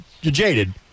jaded